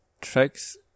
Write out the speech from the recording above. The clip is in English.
tracks